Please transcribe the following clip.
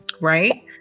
right